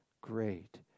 Great